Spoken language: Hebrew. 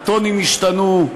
הטונים ישתנו,